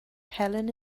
helen